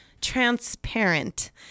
transparent